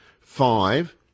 five